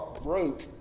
broke